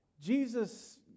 Jesus